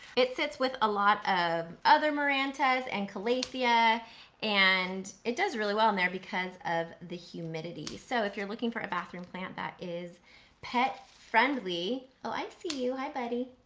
it sits with a lot of other marantas and calathea and it does really well in there because of the humidity. so, if you're looking for a bathroom plant that is pet-friendly, oh i see you, hi buddy.